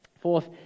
Fourth